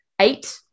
Eight